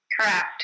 Correct